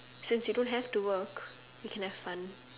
since you don't have to work you can have fun